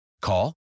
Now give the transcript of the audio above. Call